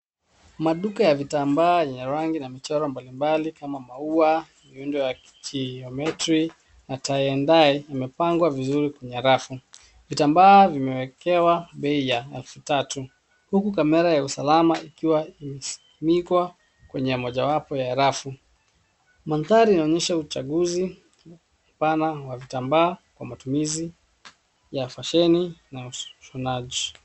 Maduka ya vitambaa ya rangi na michoro mbalimbali kama maua, viundo ya kijometri na taa ya ndai yamepangwa vizuri kwenye rafu. Vitambaa vimewekewa bei ya elfu tatu huku kamera ya usalama ikiwa imewekwa kwenye moja wapo ya rafu. Mandhari inaonyesha uchaguzi pana wa vitambaa kwa matumizi ya fasheni na ushonaji.